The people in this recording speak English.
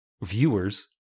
viewers